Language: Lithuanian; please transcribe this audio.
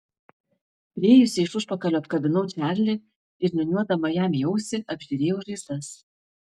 priėjusi iš užpakalio apkabinau čarlį ir niūniuodama jam į ausį apžiūrėjau žaizdas